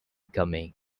coming